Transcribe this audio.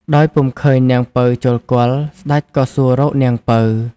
ដោយពុំឃើញនាងពៅចូលគាល់ ស្ដេចក៏សួររកនាងពៅ។